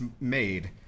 made